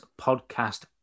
podcast